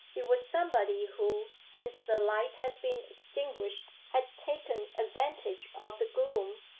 it was somebody who, since the light had been extinguished, had taken advantage of the gloom,